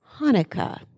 Hanukkah